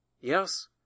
Yes